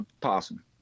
possum